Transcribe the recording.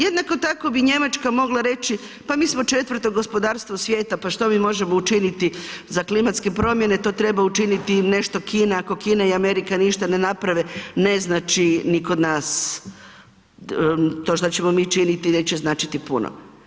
Jednako tako bi Njemačka mogla reći pa mi smo 4 gospodarstvo svijeta pa što mi možemo učiniti za klimatske promjene to treba učiniti nešto Kina, ako Kina i Amerika ništa ne naprave ne znači ni kod nas to šta ćemo mi činiti, neće značiti puno.